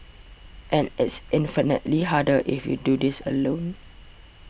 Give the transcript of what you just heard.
and it's infinitely harder if you do this alone